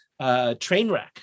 Trainwreck